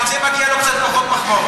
על זה מגיע לו קצת פחות מחמאות.